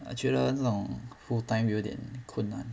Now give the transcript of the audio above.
I 觉得那种 full time 有点困难